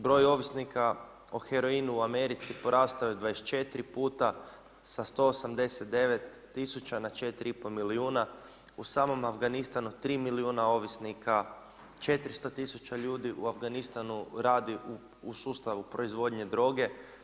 Broj ovisnika o heroini u Americi porastao je 24 puta, sa 189000 na 4,5 milijuna u samom Afganistanu 3 milijuna ovisnika, 400000 ljudi u Afganistanu radi u sustavu proizvodnje droge.